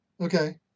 Okay